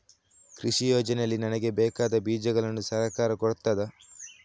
ಕೃಷಿ ಯೋಜನೆಯಲ್ಲಿ ನನಗೆ ಬೇಕಾದ ಬೀಜಗಳನ್ನು ಸರಕಾರ ಕೊಡುತ್ತದಾ?